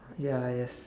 ya yes